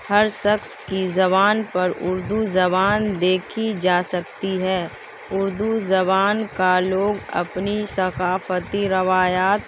ہر شخص کی زبان پر اردو زبان دیکھی جا سکتی ہے اردو زبان کا لوگ اپنی ثقافتی روایات